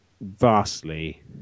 vastly